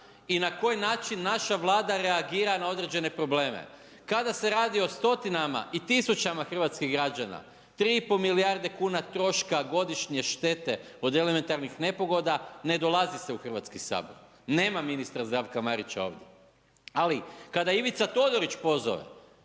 i na koji način naša Vlada reagira na određene probleme. Kada se radi o stotinama i tisućama hrvatskih građana, 3,5 milijarde kuna troška godišnje štete od elementarnih nepogoda ne dolazi se u Hrvatski sabor, nema ministra Zdravka Marića, ali kada Ivica Todorić pozove,